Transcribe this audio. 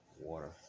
Water